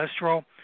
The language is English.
cholesterol